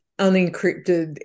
unencrypted